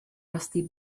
rusty